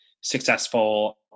successful